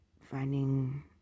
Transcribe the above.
Finding